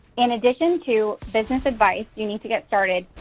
in addition to business advice you need to get started,